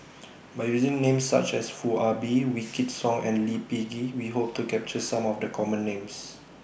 By using Names such as Foo Ah Bee Wykidd Song and Lee Peh Gee We Hope to capture Some of The Common Names